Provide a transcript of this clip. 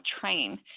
train